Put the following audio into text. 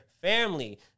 family